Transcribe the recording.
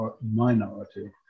minority